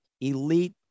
elite